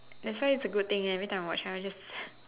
that's why it's a good thing every time I watch I will just